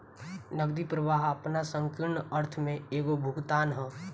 नगदी प्रवाह आपना संकीर्ण अर्थ में एगो भुगतान ह